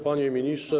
Panie Ministrze!